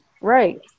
Right